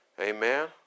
amen